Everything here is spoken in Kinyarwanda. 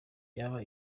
yaba